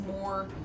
more